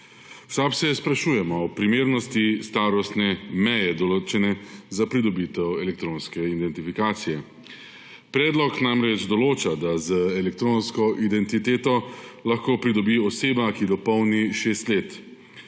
V SAB se sprašujemo o primernosti starostne meje, določene za pridobitev elektronske identifikacije. Predlog namreč določa, da elektronsko identiteto lahko pridobi oseba, ki dopolni šest let.